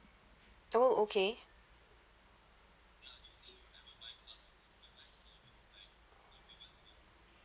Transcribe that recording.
oh okay